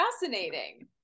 fascinating